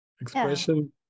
expression